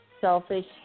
selfish